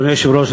אדוני היושב-ראש,